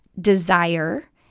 desire